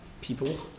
people